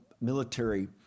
military